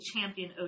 champion